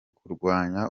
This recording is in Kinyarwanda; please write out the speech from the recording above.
kurwanya